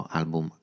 album